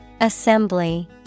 Assembly